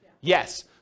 Yes